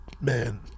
man